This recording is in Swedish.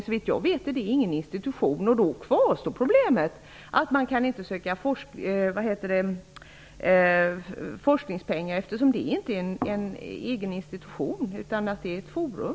Men såvitt jag vet är detta ingen institution, och då kvarstår problemet. Man kan ju inte söka forskningspengar, eftersom det inte är en institution utan ett forum.